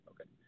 Okay